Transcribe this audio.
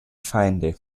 feinde